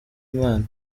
imana